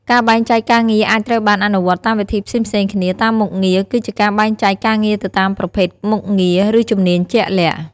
ការបែងចែកការងារអាចត្រូវបានអនុវត្តតាមវិធីផ្សេងៗគ្នា តាមមុខងារ គឺជាការបែងចែកការងារទៅតាមប្រភេទមុខងារ ឬជំនាញជាក់លាក់។